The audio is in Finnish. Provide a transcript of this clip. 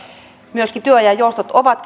myöskin työajan joustot ovat